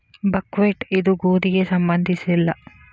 buckwheat ಇದು ಗೋಧಿಗೆ ಸಂಬಂಧಿಸಿಲ್ಲ